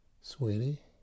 Sweetie